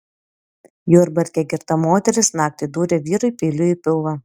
jurbarke girta moteris naktį dūrė vyrui peiliu į pilvą